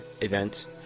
event